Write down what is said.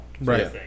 Right